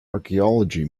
archaeology